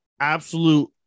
absolute